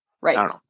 Right